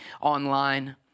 online